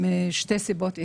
משתי סיבות עיקריות.